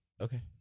Okay